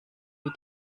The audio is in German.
wie